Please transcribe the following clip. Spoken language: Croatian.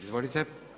Izvolite.